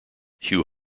hugh